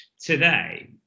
today